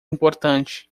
importante